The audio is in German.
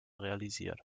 realisiert